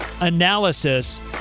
analysis